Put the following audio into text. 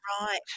right